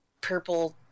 purple